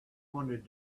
wanted